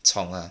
虫 ah